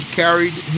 carried